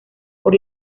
por